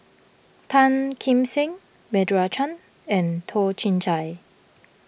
Tan Kim Seng Meira Chand and Toh Chin Chye